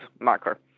marker